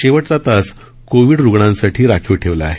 शेवटचा तास कोविड रुग्णांसाठी राखीव ठेवला आहे